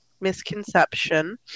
misconception